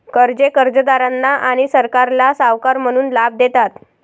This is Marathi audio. कर्जे कर्जदारांना आणि सरकारला सावकार म्हणून लाभ देतात